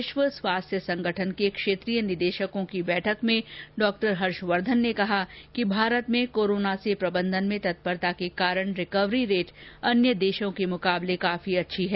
विश्व स्वास्थ्य संगठन के क्षेत्रीय निदेशकों की बैठक में डॉ हर्षवर्धन ने कहा कि भारत में कोरोना के प्रबंधन में तत्परता के कारण रिकवरी रेट अन्य देशों के मुकाबले काफी अच्छी है